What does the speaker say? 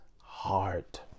heart